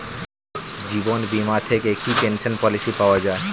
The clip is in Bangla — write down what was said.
জীবন বীমা থেকে কি পেনশন পলিসি পাওয়া যায়?